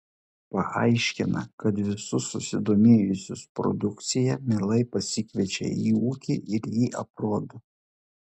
paaiškina kad visus susidomėjusius produkcija mielai pasikviečia į ūkį ir jį aprodo